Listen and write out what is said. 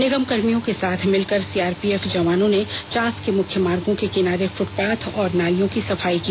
निगमकर्मियों के साथ मिलकर सीआरपीएफ जवानों ने चास के मुख्य मार्गो के किनारे फुटपाथ और नालियों की सफाई की